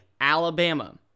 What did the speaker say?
Alabama